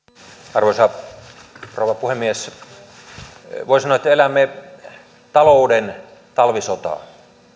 arvoisa rouva puhemies voi sanoa että elämme talouden talvisotaa